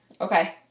Okay